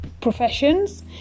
professions